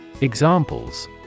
Examples